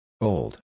Old